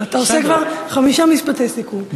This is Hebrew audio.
אתה עושה כבר חמישה משפטי סיכום.